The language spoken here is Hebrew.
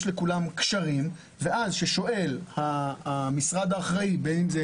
לכולם יש קשרים וכאשר שואל המשרד האחראי בין אם זה